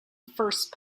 first